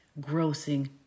grossing